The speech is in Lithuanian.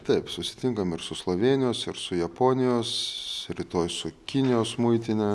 taip susitinkam ir su slovėnijos ir su japonijos rytoj su kinijos muitine